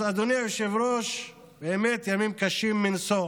אז אדוני היושב-ראש, באמת ימים קשים מנשוא